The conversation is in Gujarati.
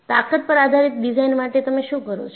તાકત પર આધારિત ડિઝાઇન માટે તમે શું કરો છો